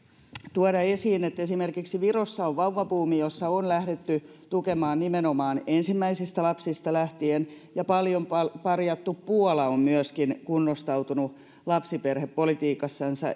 tuoda esiin että esimerkiksi virossa on vauvabuumi kun on lähdetty tukemaan nimenomaan ensimmäisestä lapsesta lähtien ja myöskin paljon parjattu puola on kunnostautunut lapsiperhepolitiikassansa